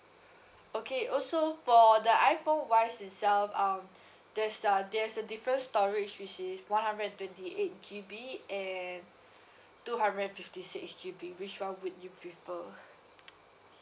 okay also for the iPhone wise itself um there's a there's a different storage which is one hundred and twenty eight G_B and two hundred and fifty six G_B which one would you prefer